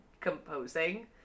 composing